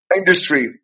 industry